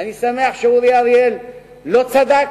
אני שמח שאורי אריאל לא צדק.